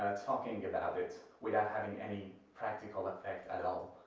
talking about it without having any practical effect at all.